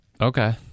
Okay